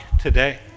today